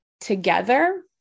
together